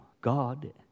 God